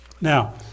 Now